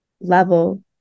level